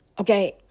Okay